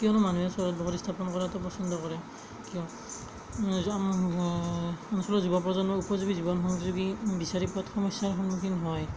কিয়নো মানুহে চহৰত বসতি স্থাপন কৰাতো পচন্দ কৰে কিয় অঞ্চলৰ যুৱপ্ৰজন্ম উপযোগী জীৱন সংযোগী বিচাৰি পোৱাত সমস্যাৰ সন্মুখীন হয়